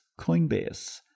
Coinbase